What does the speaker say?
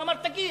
הוא אמר: תגיד.